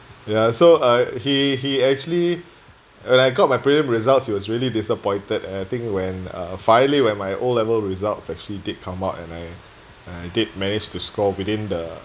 ya so uh he he actually when I got my prelim results he was really disappointed and I think when uh finally when my o-level results actually did come out and I and I did manage to score within the